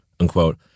Unquote